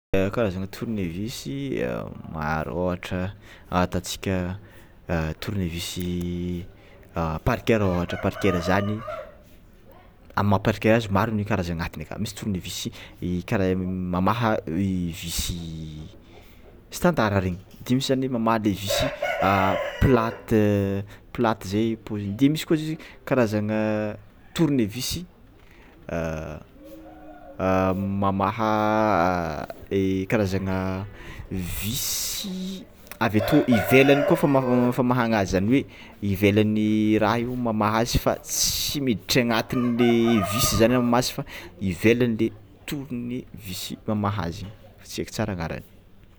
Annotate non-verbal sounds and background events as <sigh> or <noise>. Karazanga tornevisy maro ohatra atantsika tornevisy parker ohatra parker zany amin'ny maha parker maro ny karazagny agnatiny akao misy tornevisy kara mamaha visy standard de misy anle mamaha le visy plate plate zey paoziny de misy koa zio karazana tornevisy <hesitation> mamaha karazagna visy avy atô ivelany koa fama- famahana azy zany hoe ivelan'ny raha io mamaha azy fa tsy miditra agnatinle visy zay anao mamaha fa ivelanle tornevisy mamaha azy tsy haiko tsara agnarany.